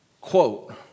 quote